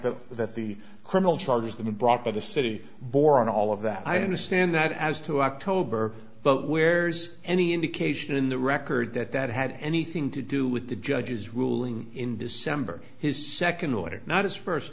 of that the criminal charges that were brought by the city bore and all of that i understand that as to october but where's any indication in the record that that had anything to do with the judge's ruling in december his second letter not his first